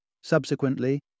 Subsequently